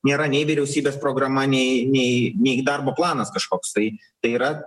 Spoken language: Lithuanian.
nėra nei vyriausybės programa nei nei nei darbo planas kažkoks tai tai yra